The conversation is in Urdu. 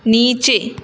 نیچے